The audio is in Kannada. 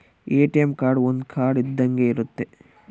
ಎ.ಟಿ.ಎಂ ಕಾರ್ಡ್ ಒಂದ್ ಕಾರ್ಡ್ ಇದ್ದಂಗೆ ಇರುತ್ತೆ